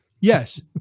Yes